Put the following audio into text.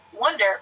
wonder